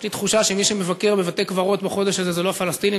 יש לי תחושה שמי שמבקר בבתי-קברות בחודש הזה אלה לא הפלסטינים,